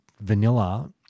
vanilla